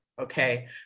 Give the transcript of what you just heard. Okay